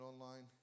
online